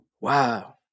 Wow